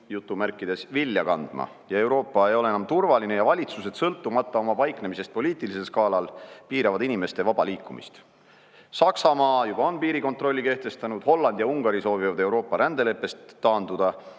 nüüd "vilja kandma": Euroopa ei ole enam turvaline ja valitsused, sõltumata oma paiknemisest poliitilisel skaalal, piiravad inimeste vaba liikumist. Saksamaa on juba piirikontrolli kehtestanud, Holland ja Ungari soovivad Euroopa rändeleppest taanduda